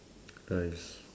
rice